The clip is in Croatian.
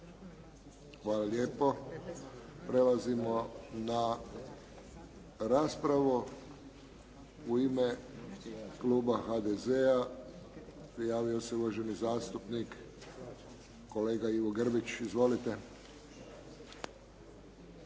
Hvala lijepo. Prelazimo na raspravu. U ime kluba HDZ-a prijavio se uvaženi zastupnik kolega Ivo Grbić. Izvolite.